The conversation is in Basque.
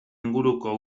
inguruko